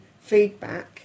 feedback